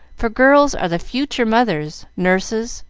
for girls are the future mothers, nurses,